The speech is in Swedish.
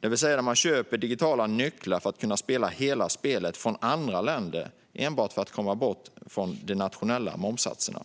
Det betyder att man köper digitala nycklar för att kunna spela hela spelet från andra länder, enbart för att komma bort från de nationella momssatserna.